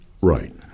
Right